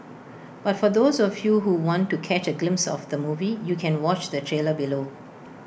but for those of you who want to catch A glimpse of the movie you can watch the trailer below